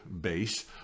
base